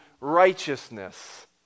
righteousness